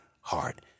heart